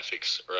graphics